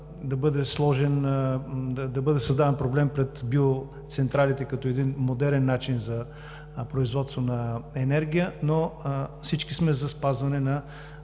не иска да бъде създаден проблем пред биоцентралите като един модерен начин за производство на енергия, но всички сме за спазване на